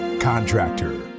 contractor